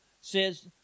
says